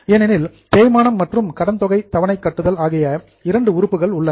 ஏனெனில் தேய்மானம் மற்றும் கடன் தொகை தவணை கட்டுதல் ஆகிய இரண்டு உறுப்புகள் உள்ளன